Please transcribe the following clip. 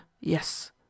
yes